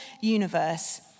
universe